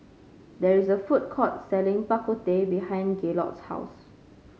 there is a food court selling Bak Kut Teh behind Gaylord's house